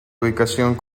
ubicación